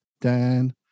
Dan